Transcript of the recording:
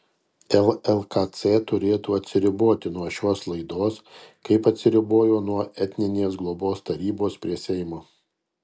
llkc turėtų atsiriboti nuo šios laidos kaip atsiribojo nuo etninės globos tarybos prie seimo